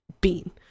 bean